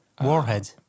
Warhead